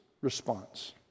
response